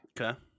Okay